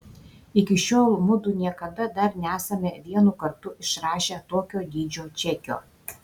iki šiol mudu niekada dar nesame vienu kartu išrašę tokio dydžio čekio